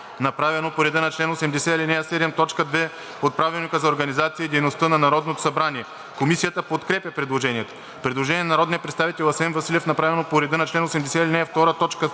направено по реда на чл. 80, ал. 7, т. 2 от Правилника за организацията и дейността на Народното събрание. Комисията подкрепя предложението. Предложение на народния представител Асен Василев, направено по реда на чл. 80, ал. 7, т.